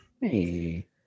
Hey